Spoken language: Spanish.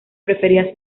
prefería